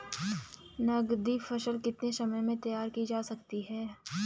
नगदी फसल कितने समय में तैयार की जा सकती है?